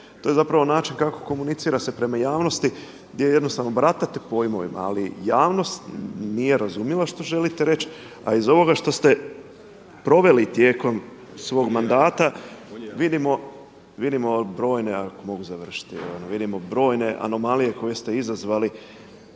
To je zapravo način kako komunicira se prema javnosti, gdje jednostavno baratate pojmovima. Ali javnost nije razumila što želite reći, a iz ovoga što ste proveli tijekom svog mandata vidimo brojne, ako mogu završiti,